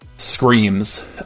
Screams